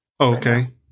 Okay